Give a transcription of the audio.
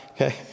okay